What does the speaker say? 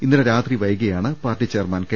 ഇന്നലെ രാത്രി വൈകിയാണ് പാർട്ടി ചെയർമാൻ കെ